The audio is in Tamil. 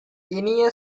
இனிய